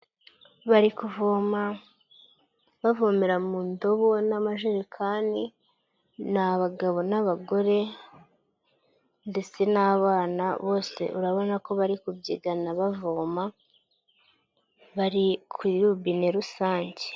Bari kuvoma bavomera mu ndobo n'amajerekani ni abagabo n'abagore ndetse n'abana bose urabona ko bari kubyigana bavoma bari kuri rubine rusange.